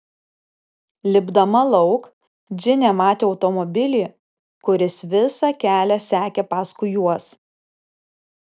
lipdama lauk džinė matė automobilį kuris visą kelią sekė paskui juos